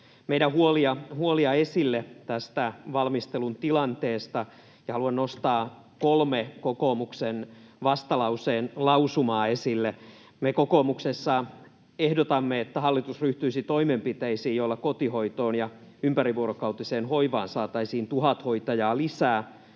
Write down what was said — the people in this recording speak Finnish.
meidän huoliamme tästä valmistelun tilanteesta, ja haluan nostaa esille kolme kokoomuksen vastalauseen lausumaa. Me kokoomuksessa ehdotamme, että hallitus ryhtyisi toimenpiteisiin, joilla kotihoitoon ja ympärivuorokautiseen hoivaan saataisiin tuhat hoitajaa lisää.